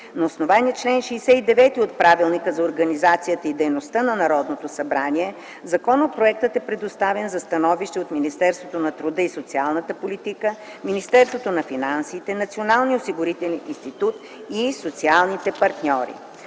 На основание чл. 69 от Правилника за организацията и дейността на Народното събрание законопроектът е предоставен за становище от Министерството на труда и социалната политика, Министерството на финансите, Националния осигурителен институт и социалните партньори.